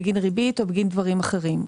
בגין ריבית או בגין דברים אחרים,